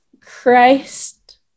Christ